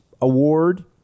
award